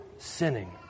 Sinning